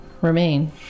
remain